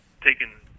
taken